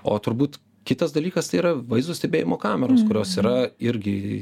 o turbūt kitas dalykas tai yra vaizdo stebėjimo kameros kurios yra irgi